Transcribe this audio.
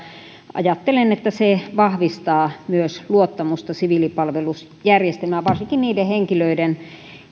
ajattelen että se vahvistaa myös luottamusta siviilipalvelusjärjestelmään varsinkin niiden henkilöiden